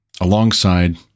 alongside